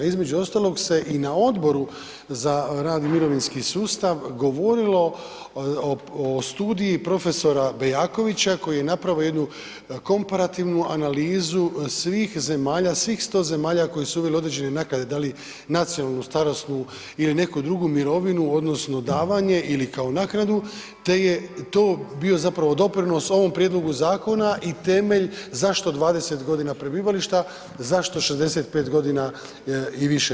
Između ostalog se i na Odboru za rad i mirovinski sustav govorili o studiji prof. Bejakovića koji je napravio jednu komparativnu analizu svih zemalja, svih 100 zemalja koje su uvele određene naknade, da li nacionalnu, starosnu ili neku drugu mirovinu odnosno davanje ili kao naknadu, te je to bio zapravo doprinos ovom prijedlogu zakona i temelj zašto 20.g. prebivališta, zašto 65.g. i više.